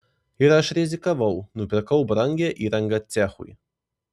ir aš rizikavau nupirkau brangią įrangą cechui